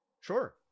Sure